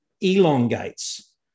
elongates